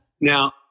now